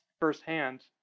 firsthand